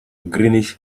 greenish